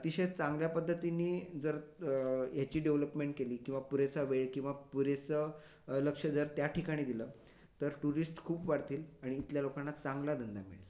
अतिशय चांगल्या पद्धतीने जर ह्याची डेव्हलपमेंट केली किंवा पुरेसा वेळ किंवा पुरेसं लक्ष जर त्या ठिकाणी दिलं तर टुरिस्ट खूप वाढतील आणि इथल्या लोकांना चांगला धंदा मिळेल